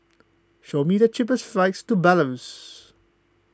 show me the cheapest flights to Belarus